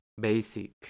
basic